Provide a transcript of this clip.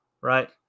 Right